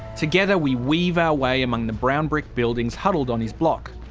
together we weave our way among the brown brick buildings huddled on his block.